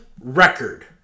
record